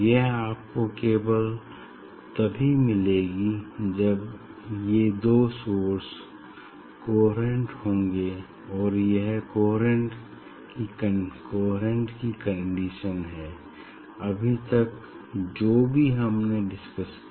यह आपको केवल तभी मिलेगी जब ये दो सोर्स कोहेरेंट होंगे और यह कोहेरेंट की कंडीशन है अभी तक जो भी हमने डिस्कस किया